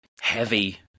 heavy